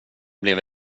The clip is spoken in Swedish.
blev